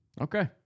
Okay